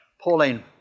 Pauline